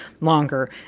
longer